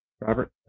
Robert